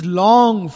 long